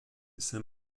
saint